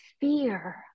fear